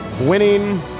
winning